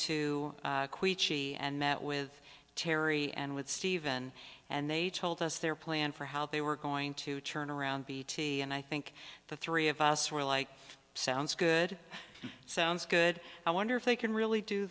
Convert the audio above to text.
to and met with terry and with stephen and they told us their plan for how they were going to turn around bt and i think the three of us were like sounds good sounds good i wonder if they can really do